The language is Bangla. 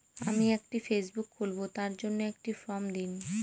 আমি একটি ফেসবুক খুলব তার জন্য একটি ফ্রম দিন?